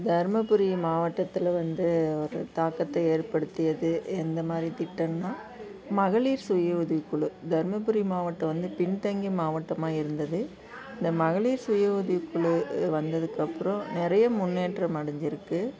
தர்மபுரி மாவட்டத்தில் வந்து ஒரு தாக்கத்தை ஏற்படுத்தியது எந்த மாதிரி திட்டம்ன்னால் மகளிர் சுய உதவிக் குழு தர்மபுரி மாவட்டம் பின்தங்கிய மாவட்டமாக இருந்தது இந்த மகளிர் சுய உதவிக் குழு வந்ததுக்கப்புறம் நிறைய முன்னேற்றம் அடைஞ்சிருக்குது